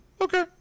Okay